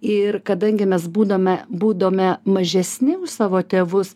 ir kadangi mes būdame būdome mažesni už savo tėvus